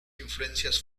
influencias